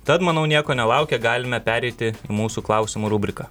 tad manau nieko nelaukę galime pereiti į mūsų klausimų rubriką